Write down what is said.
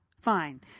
Fine